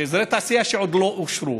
אזורי תעשייה שעוד לא אושרו,